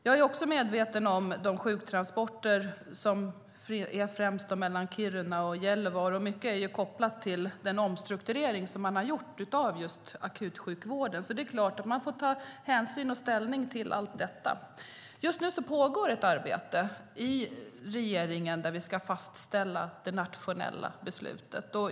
Jag är medveten om hur det är med sjuktransporterna, främst mellan Kiruna och Gällivare. Mycket är kopplat till den omstrukturering som man har gjort av akutsjukvården. Man får såklart ta hänsyn och ställning till allt detta. Just nu pågår ett arbete i regeringen där vi ska fastställa det nationella beslutet.